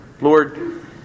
Lord